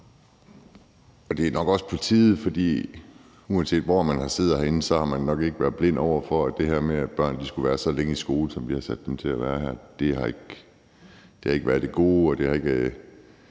og det er nok også på tide, for uanset hvor man sidder herinde, har man nok ikke været blind for, at det her med, at børn skulle være så længe i skole, som vi har sat dem til at være, ikke har været af det gode. Det skulle